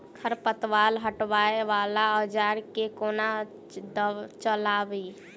खरपतवार हटावय वला औजार केँ कोना चलाबी?